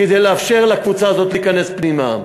כדי לאפשר לקבוצה הזאת להיכנס פנימה.